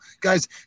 Guys